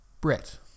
Brit